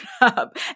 up